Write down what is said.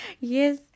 Yes